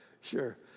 sure